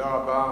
תודה רבה.